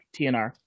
tnr